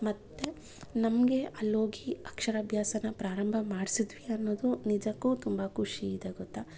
ಮತ್ತೆ ನಮಗೆ ಅಲ್ಲಿ ಹೋಗಿ ಅಕ್ಷರಾಭ್ಯಾಸನ ಪ್ರಾರಂಭ ಮಾಡಿಸಿದ್ವಿ ಅನ್ನೋದು ನಿಜಕ್ಕೂ ತುಂಬ ಖುಷಿ ಇದೆ ಗೊತ್ತ